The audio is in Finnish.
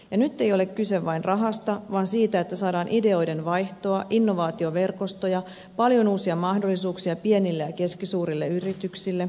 ja nyt ei ole kyse vain rahasta vaan siitä että saadaan ideoiden vaihtoa innovaatioverkostoja paljon uusia mahdollisuuksia pienille ja keskisuurille yrityksille